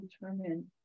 determine